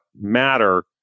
matter